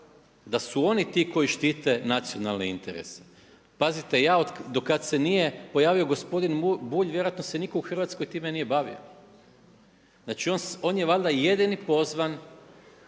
da su oni ti koji štite nacionalne interese. Pazite, ja do kad se nije pojavio gospodin Bulj vjerojatno se nitko u Hrvatskoj time nije bavio. Znači on je valjda jedini pozvan